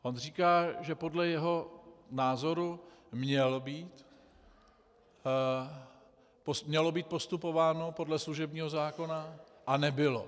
On říká, že podle jeho názoru mělo být postupováno podle služebního zákona, a nebylo.